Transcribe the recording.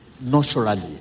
naturally